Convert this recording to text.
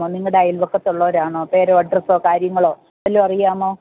നിങ്ങളുടെ അയൽവക്കത്ത് ഉള്ളവരാണോ പേരോ അഡ്രസ്സോ കാര്യങ്ങളോ വല്ലതും അറിയാമോ